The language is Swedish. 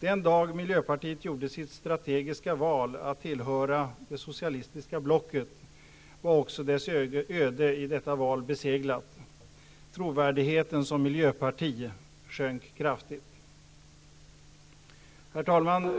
Den dag miljöpartiet gjorde sitt strategiska val att tillhöra det socialistiska blocket, var också dess öde i detta val beseglat. Trovärdigheten som miljöparti sjönk kraftigt. Herr talman!